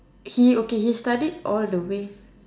he okay he studied all the way